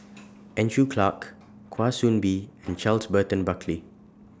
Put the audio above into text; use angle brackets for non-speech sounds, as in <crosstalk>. <noise> Andrew Clarke <noise> Kwa Soon Bee <noise> and Charles Burton Buckley